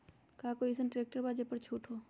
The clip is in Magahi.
का कोइ अईसन ट्रैक्टर बा जे पर छूट हो?